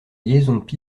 liaisons